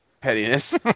Pettiness